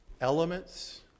elements